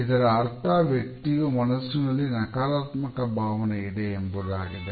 ಇದರ ಅರ್ಥ ವ್ಯಕ್ತಿಯ ಮನಸ್ಸಿನಲ್ಲಿ ನಕಾರಾತ್ಮಕ ಭಾವನೆ ಇದೆ ಎಂಬುದಾಗಿದೆ